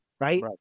right